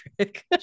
trick